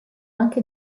anche